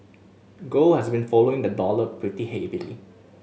gold has been following the dollar pretty heavily